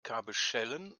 kabelschellen